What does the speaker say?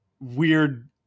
weird